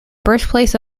birthplace